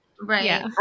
Right